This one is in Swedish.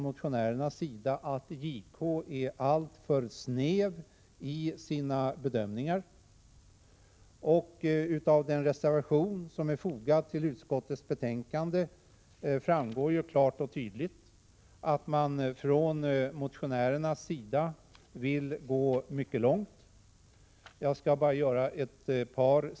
Motionärerna anser att JK är alltför snäv i sina bedömningar. Av den reservation som är fogad till utskottets betänkande framgår klart och tydligt att motionärerna vill gå mycket långt — jag skall läsa upp ett citat.